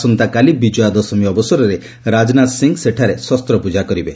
ଆସନ୍ତାକାଲି ବିଜୟା ଦଶମୀ ଅବସରରେ ରାଜନାଥ ସିଂ ସେଠାରେ ଶସ୍ତ ପୂଜା କରିବେ